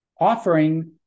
offering